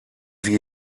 sie